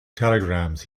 telegrams